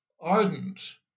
ardent